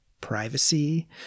privacy